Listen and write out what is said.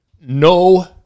No